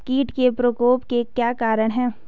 कीट के प्रकोप के क्या कारण हैं?